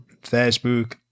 Facebook